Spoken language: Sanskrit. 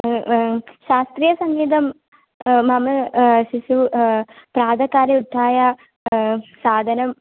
शास्त्रीयसङ्गीतं मम शिशुः प्रातःकाले उत्थाय साधनम्